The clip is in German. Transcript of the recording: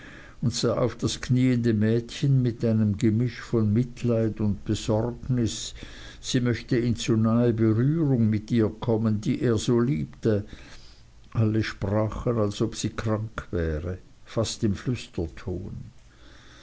und sah auf das knieende mädchen mit einem gemisch von mitleid und besorgnis sie möchte in zu nahe berührung mit ihr kommen die er so liebte alle sprachen als ob sie krank wäre fast im